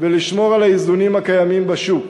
ולשמור על האיזונים הקיימים בשוק.